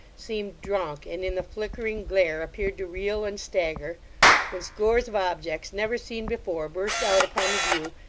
seemed drunk, and in the flickering glare appeared to reel and stagger when scores of objects, never seen before, burst out upon the view,